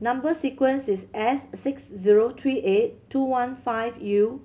number sequence is S six zero three eight two one five U